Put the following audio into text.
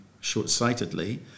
short-sightedly